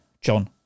John